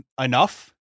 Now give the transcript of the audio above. enough